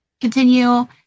Continue